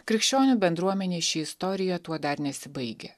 krikščionių bendruomenėj ši istorija tuo dar nesibaigia